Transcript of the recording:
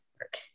work